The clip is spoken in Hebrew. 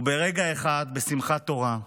וברגע אחד בשמחת תורה,